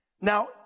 Now